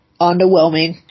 underwhelming